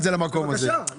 זה החלטה של הוועדה.